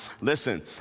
Listen